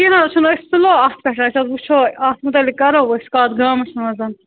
کیٚنٛہہ نہَ حظ چھُنہٕ أسۍ تُلو اَتھ پٮ۪ٹھ أسۍ حظ وُچھو اَتھ مُتعلِق کَرو أسۍ کَتھ گامَس منٛز